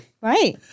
Right